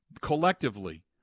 collectively